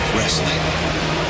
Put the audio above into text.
Wrestling